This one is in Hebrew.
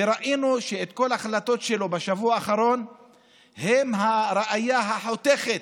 וראינו שכל ההחלטות שלו בשבוע האחרון הן הראיה החותכת